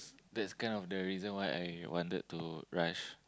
that's kind of the reason why I wanted to rush